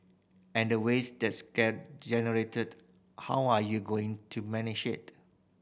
and the waste that's generated how are you going to manage it